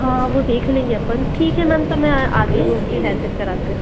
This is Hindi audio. हाँ वो देख लेंगे अपन ठीक है मैम तो मैं आती हूँ फिर हेयर कट कराते